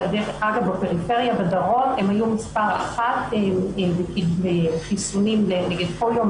אגב בפריפריה בדרום הם היו מספר אחת בחיסונים נגד פוליו,